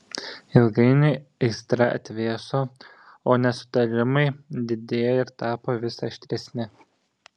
ilgainiui aistra atvėso o nesutarimai didėjo ir tapo vis aštresni